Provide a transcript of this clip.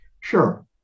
Sure